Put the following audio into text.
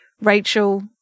Rachel